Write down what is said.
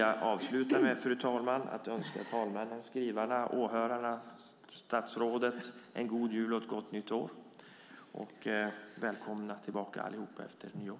Jag avslutar med att önska talmännen, skrivarna, åhörarna och statsrådet en god jul och ett gott nytt år! Välkomna tillbaka allihop efter nyår.